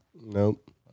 Nope